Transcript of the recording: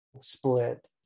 split